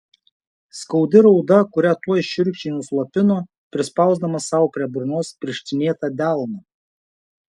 skaudi rauda kurią tuoj šiurkščiai nuslopino prispausdamas sau prie burnos pirštinėtą delną